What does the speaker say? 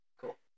Cool